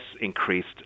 increased